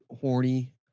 horny